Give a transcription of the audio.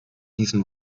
diesen